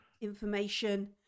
information